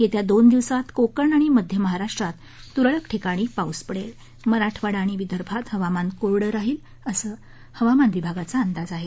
येत्या दोन दिवसांत कोकण आणि मध्य महाराष्ट्रात तुरळक ठिकाणी पाऊस पडेल मराठवाडा आणि विदर्भात हवामान कोरड राहील असं हवामान विभागाचा अंदाज आहे